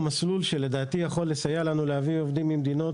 לדעתי זה מה שיכול לסייע לנו עובדים ממדינות.